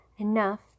enough